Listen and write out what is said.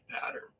pattern